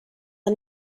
are